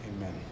Amen